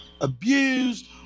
abused